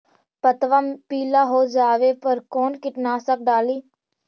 पतबा पिला हो जाबे पर कौन कीटनाशक डाली?